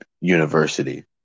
university